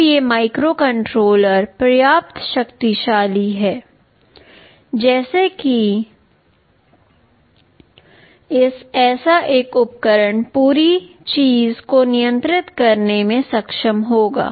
अब ये माइक्रोकंट्रोलर पर्याप्त शक्तिशाली हैं जैसे कि ऐसा एक उपकरण पूरी चीज़ को नियंत्रित करने में सक्षम होगा